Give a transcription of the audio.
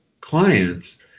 clients